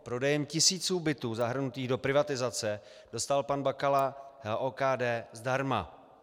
Prodejem tisíců bytů zahrnutých do privatizace dostal pan Bakala OKD zdarma.